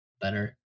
better